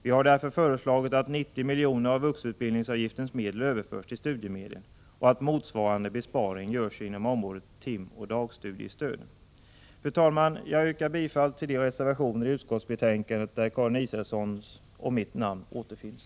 Vi har därför föreslagit att 90 miljoner av vuxenutbildningsavgiftens medel överförs till studiemedel och att motsvarande besparing görs inom området timoch dagstudiestöd. Fru talman! Jag yrkar bifall till de reservationer i utskottsbetänkandet där Karin Israelssons och mitt namn återfinns.